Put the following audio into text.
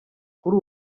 kuri